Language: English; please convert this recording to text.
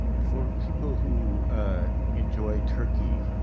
for people who enjoy turkey,